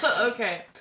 Okay